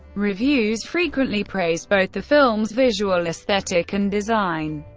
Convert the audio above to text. reviews frequently praised both the film's visual aesthetic and design,